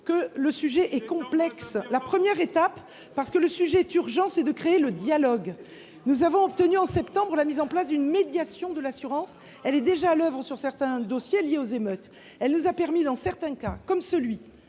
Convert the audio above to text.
Le sujet est complexe. Il est urgent, dans une première étape, de créer le dialogue. Nous avons obtenu en septembre la mise en place d’une médiation de l’assurance, qui est déjà à l’œuvre sur certains dossiers liés aux émeutes. Elle nous a permis, dans certains cas, comme celui